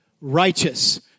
righteous